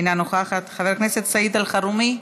אינה נוכחת, חבר הכנסת סעיד אלחרומי,